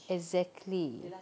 exactly